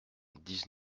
dix